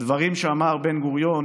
הדברים שאמר בן-גוריון